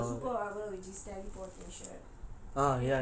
that's one of the superpower which is teleportation